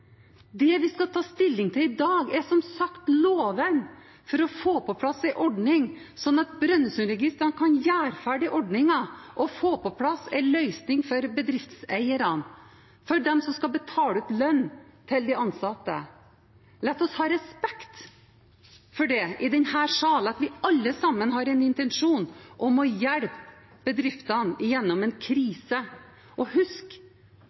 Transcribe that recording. Det vi skal ta stilling til i dag, er som sagt loven for å få på plass en ordning sånn at Brønnøysundregistrene kan gjøre ferdig ordningen og få på plass en løsning for bedriftseierne, for dem som skal betale ut lønn til de ansatte. La oss ha respekt for det i denne salen – at vi alle har en intensjon om å hjelpe bedriftene gjennom en krise. Og husk: